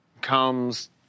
comes